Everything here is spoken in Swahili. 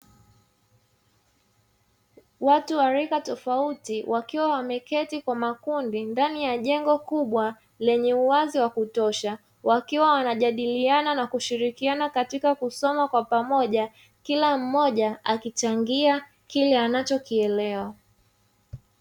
Watu wa rika tofauti wakiwa wameketi kwa makundi ndani ya jengo kubwa lenye uwazi wa kutosha, wakiwa wanajadiliana na kushirikiana katika kusoma kwa pamoja, kila mmoja akichangia kile anacho kielewa.